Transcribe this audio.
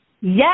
Yes